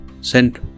sent